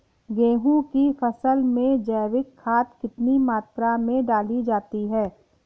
गेहूँ की फसल में जैविक खाद कितनी मात्रा में डाली जाती है?